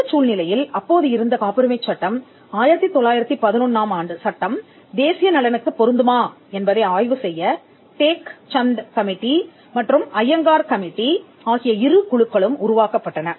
அந்தச் சூழ்நிலையில் அப்போது இருந்த காப்புரிமைச் சட்டம் 1911 சட்டம் தேசிய நலனுக்குப் பொருந்துமா என்பதை ஆய்வு செய்ய டேக் சந் கமிட்டி மற்றும் அய்யங்கார் கமிட்டி ஆகிய இரு குழுக்களும் உருவாக்கப்பட்டன